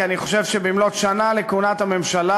כי אני חושב שבמלאות שנה לכהונת הממשלה,